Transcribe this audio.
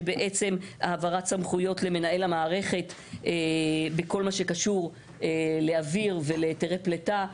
שבעצם העברת סמכויות למנהל המערכת בכל מה שקשור לאוויר ולהיתרי פליטה,